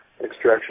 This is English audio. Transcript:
extraction